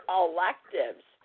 electives